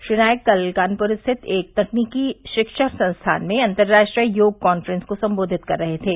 श्री नायक कल कानपुर स्थित एक तकनीकी शिक्षण संस्थान में अतर्राष्ट्रीय योग कांफ्रेंस को संबोधित कर रहे थे